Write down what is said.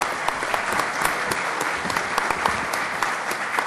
(מחיאות כפיים)